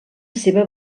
seva